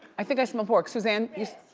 i think i smell pork, susanne?